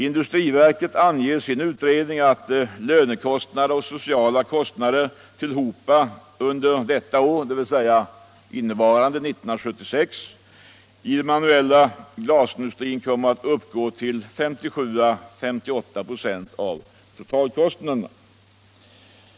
Industriverket anger i sin utredning att lönekostnader och sociala kostnader tillhopa under år 1976 i den manuella glasindustrin kommer att uppgå till 57 å 58 2 av totalkostnaderna.